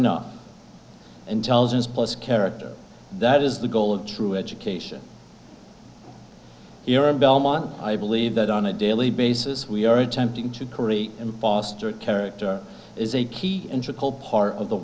enough intelligence plus character that is the goal of true education here in belmont i believe that on a daily basis we are attempting to curry impostor character is a key interpol part of the